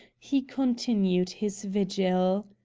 he continued his vigil.